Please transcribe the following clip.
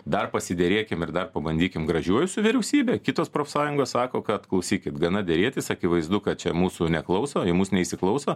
dar pasiderėkim ir dar pabandykim gražiuoju su vyriausybe kitos profsąjungos sako kad klausykit gana derėtis akivaizdu kad čia mūsų neklauso į mus neįsiklauso